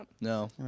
No